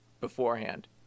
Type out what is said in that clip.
beforehand